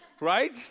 right